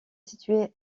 situé